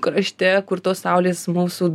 krašte kur tos saulės mūsų